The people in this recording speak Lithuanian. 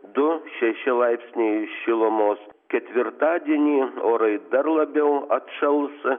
du šeši laipsniai šilumos ketvirtadienį orai dar labiau atšals